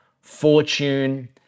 fortune